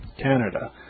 Canada